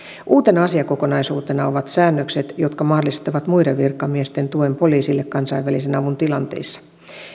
uutena asiakokonaisuutena ovat säännökset jotka mahdollistavat muiden virkamiesten tuen poliisille kansainvälisen avun tilanteissa